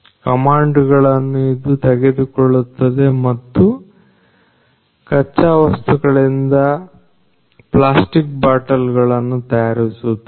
command ಗಳನ್ನು ಇದು ತೆಗೆದುಕೊಳ್ಳುತ್ತದೆ ಮತ್ತು ಕಚ್ಚಾವಸ್ತುಗಳಿಂದ ಪ್ಲಾಸ್ಟಿಕ್ ಬಾಟಲ್ ಗಳನ್ನು ತಯಾರಿಸುತ್ತದೆ